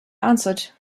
answered